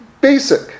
basic